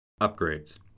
Upgrades